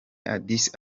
addis